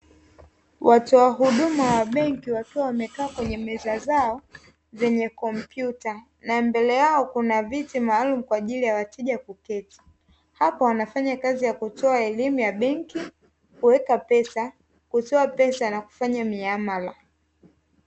Watoa huduma wa benki wakiwa wamekaa kwenye meza zao zenye kompyuta na mbele yao kuna viti maalumu kwa ajili ya wateja kuketi, hapa wanafanya kazi ya kutoa elimu ya benki, kuweka pesa, kutoa pesa na kufanya miamala.